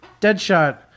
Deadshot